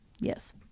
Yes